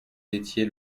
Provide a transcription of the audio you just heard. étiez